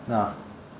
ya